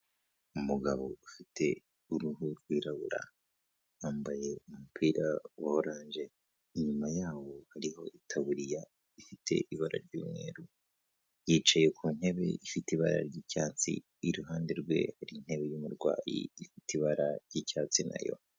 Umugabo ufite uruhu rwirabura wambaye umupira wa orange, inyuma yawo hariho itaburiya ifite ibara ry'umweru, yicaye ku ntebe ifite ibara ry'icyatsi, iruhande rwe hari intebe y'umurwayi ifite ibara ry'icyatsi na yo.